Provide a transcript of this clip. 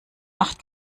acht